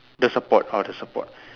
the support oh the support